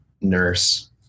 nurse